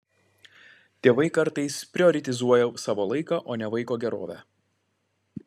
tėvai kartais prioritizuoja savo laiką o ne vaiko gerovę